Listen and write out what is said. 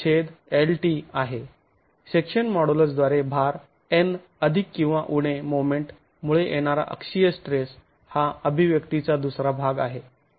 section modulus द्वारे भार N अधिक किंवा उणे मोमेंट मुळे येणारा अक्षीय स्ट्रेस हा अभिव्यक्ती चा दुसरा भाग आहे